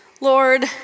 Lord